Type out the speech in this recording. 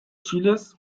chiles